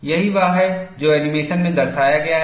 यही वह है जो एनीमेशन में दर्शाया गया है